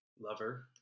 lover